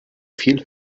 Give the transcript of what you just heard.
viel